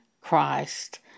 Christ